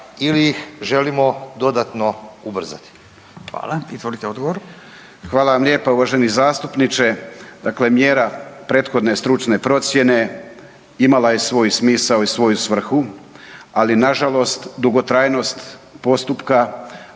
Izvolite odgovor. **Medved, Tomo (HDZ)** Hvala vam lijepo, uvaženi zastupniče. Dakle, mjera prethodne stručne procjene, imala je svoj smisao i svoju svrhu ali nažalost, dugotrajnost postupka